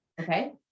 Okay